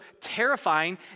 terrifying